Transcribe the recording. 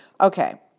Okay